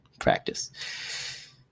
Practice